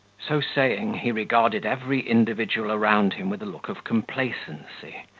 so saying, he regarded every individual around him with a look of complacency,